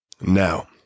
Now